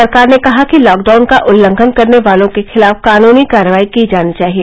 सरकार ने कहा कि लॉकडाउन का उल्लंघन करने वालों के खिलाफ कानुनी कार्रवाई की जानी चाहिए